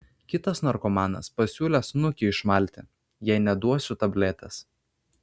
kitas narkomanas pasiūlė snukį išmalti jei neduosiu tabletės